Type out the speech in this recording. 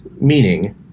meaning